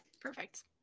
perfect